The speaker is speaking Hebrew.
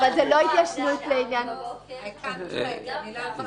אבל זו לא התיישנות לעניין ------ זו לא ההתיישנות הזאת.